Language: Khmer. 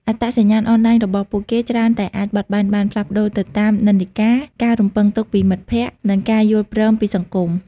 អត្តសញ្ញាណអនឡាញរបស់ពួកគេច្រើនតែអាចបត់បែនបាន ផ្លាស់ប្តូរទៅតាមនិន្នាការ ការរំពឹងទុកពីមិត្តភ័ក្តិ និងការយល់ព្រមពីសង្គម។